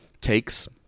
takes